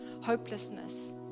hopelessness